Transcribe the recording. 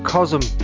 Cosm